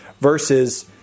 versus